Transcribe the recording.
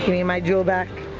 me my jewel back!